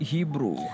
Hebrew